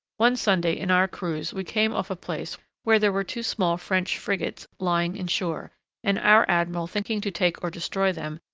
one sunday, in our cruise, we came off a place where there were two small french frigates lying in shore and our admiral, thinking to take or destroy them,